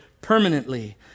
permanently